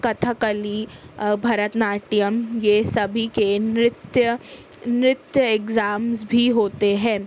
کتھک کلی بھرت ناٹیم یہ سبھی کے نرتیہ نرتیہ اگزامز بھی ہوتے ہیں